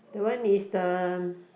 the one is the um